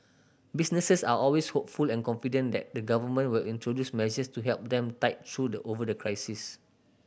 businesses are always hopeful and confident that the Government will introduce measures to help them tide through the over the crisis